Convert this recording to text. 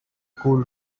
cool